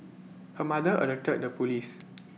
her mother alerted the Police